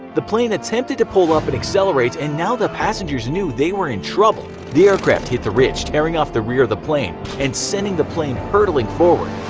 the plane attempted to pull up and accelerate, and now the passengers knew they were in trouble. the aircraft hit the ridge, tearing off the rear of the plane and sending the plane hurtling forward.